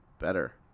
better